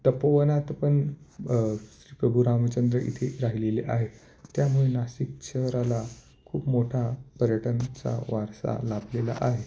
तपोवनात पण श्रीप्रभुरामचंद्र इथे राहिलेले आहेत त्यामुळे नाशिक शहराला खूप मोठा पर्यटनाचा वारसा लाभलेला आहे